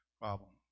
problem